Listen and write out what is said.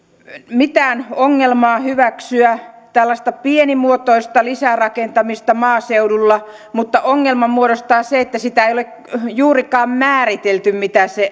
mitään ongelmaa hyväksyä tällaista pienimuotoista lisärakentamista maaseudulla mutta ongelman muodostaa se että sitä ei ole juurikaan määritelty mitä se